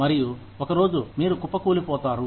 మరియు ఒకరోజు మీరు కుప్పకూలిపోతారు